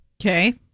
Okay